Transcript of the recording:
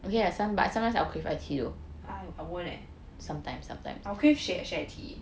I won't leh I will crave share Sharetea